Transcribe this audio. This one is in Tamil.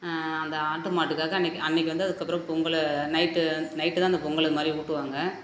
அந்த ஆட்டு மாட்டுக்காக அன்றைக்கி அன்றைக்கி வந்து அதுக்கப்பறோம் பொங்கலை நைட்டு நைட்டு தான் அந்த பொங்கலை அது மாதிரி ஊட்டுவாங்க